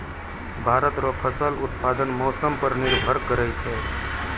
भारत रो फसल उत्पादन मौसम पर निर्भर करै छै